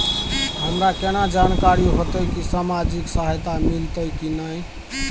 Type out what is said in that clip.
हमरा केना जानकारी होते की सामाजिक सहायता मिलते की नय?